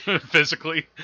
physically